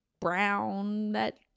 brown—that